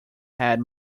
had